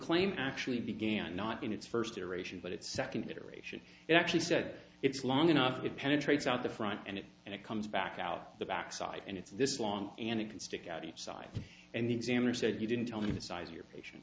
claim actually began not in its first iteration but its second iteration actually said it's long enough it penetrates out the front and it and it comes back out the back side and it's this long and it can stick out each side and the examiner said you didn't tell me the size of your patient